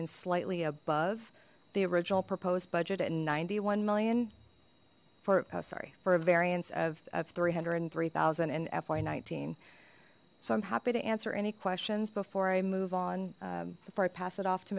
in slightly above the original proposed budget at ninety one million for oh sorry for a variance of three hundred and three thousand and fy nineteen so i'm happy to answer any questions before i move on before i pass it off to